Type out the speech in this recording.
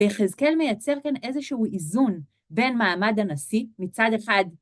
ויחזקאל מייצר כאן איזשהו איזון בין מעמד הנשיא מצד אחד.